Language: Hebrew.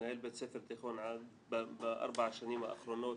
מנהל בית ספר תיכון בארבע השנים האחרונות.